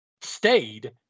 stayed